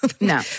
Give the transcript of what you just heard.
No